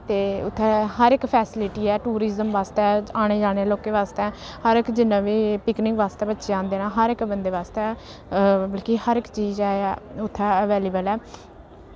ते उत्थै हर इक फैसलिटी ऐ टूरिज्म बास्तै औने जाने लोकें बास्तै हर इक जिन्ने बी पिकनिक बास्तै बच्चे औंदे न हर इक बंदे बास्तै मतलब कि हर इक चीज है ऐ उत्थै अवेलेवल ऐ